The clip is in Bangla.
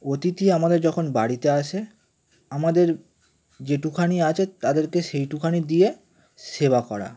অতিথি আমাদের যখন বাড়িতে আসে আমাদের যেইটুখানি আছে তাদেরকে সেইটুখানি দিয়ে সেবা করা